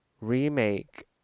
remake